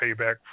payback